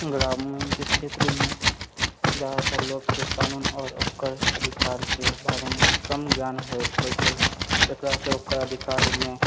ग्रामीणके क्षेत्रमे ज्यादातर लोकके कानून आओर ओकर अधिकारके बारेमे कम ज्ञान होइ छै एकरासँ ओकर अधिकारमे